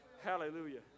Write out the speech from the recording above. Hallelujah